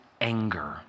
anger